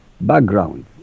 background